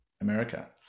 America